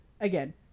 Again